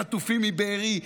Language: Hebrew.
הייתי שם בשביל החטופים מבארי.